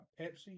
Pepsi